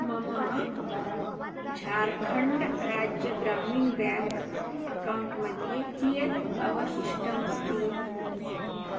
मम झार्खण्ड् राज्यं Gramin bank account मध्ये कियत् अवशिष्टमस्ति